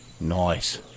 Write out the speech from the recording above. Nice